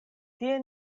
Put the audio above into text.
tie